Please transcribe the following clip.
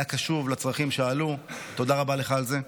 היה קשוב לצרכים שעלו, תודה רבה לך על זה.